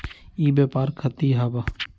ई व्यापार कथी हव?